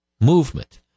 movement